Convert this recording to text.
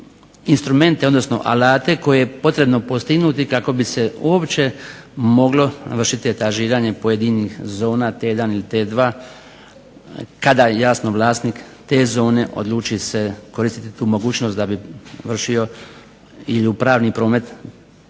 instrumente, odnosno alate koje je potrebno postignuti kako bi se uopće moglo vršiti etažiranje pojedinih zona T1 ili T2 kada jasno vlasnik te zone odluči koristiti tu mogućnost da bi vršio ili u pravni promet